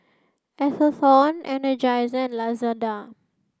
Atherton Energizer and Lazada